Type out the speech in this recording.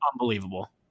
unbelievable